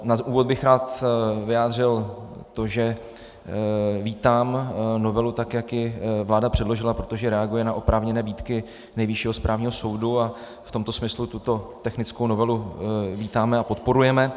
Na úvod bych rád vyjádřil to, že vítám novelu, tak jak ji vláda předložila, protože reaguje na oprávněné výtky Nejvyššího správního soudu, a v tomto smyslu tuto technickou novelu vítáme a podporujeme.